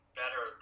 better